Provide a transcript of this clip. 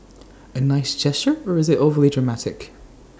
A nice gesture or is IT overly dramatic